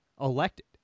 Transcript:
elected